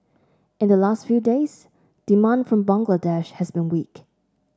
in the last few days demand from Bangladesh has been weak